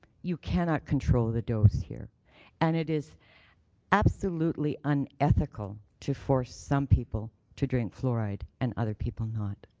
you cannot control the dose here and it is absolutely unethical to force some people to drink fluoride and other people not.